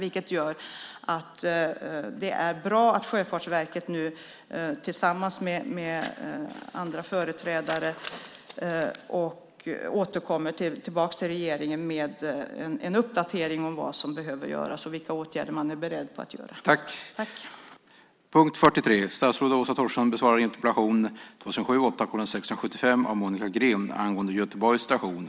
Det gör att det är bra att Sjöfartsverket nu tillsammans med andra företrädare återkommer till regeringen med en uppdatering om vad som behöver göras och vilka åtgärder man är beredd att vidta.